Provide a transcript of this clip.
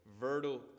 Vertical